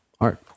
art